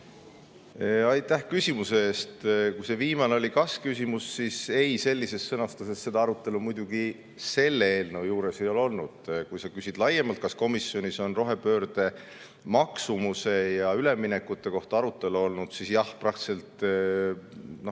Aitäh küsimuse eest! Kui see viimane oli kas-küsimus, siis ei, sellises sõnastuses seda arutelu selle eelnõu juures ei ole olnud. Kui sa küsid laiemalt, kas komisjonis on rohepöörde maksumuse ja ülemineku kohta arutelu olnud, siis jah, vähemalt korra